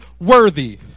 worthy